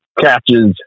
catches